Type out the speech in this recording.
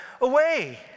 away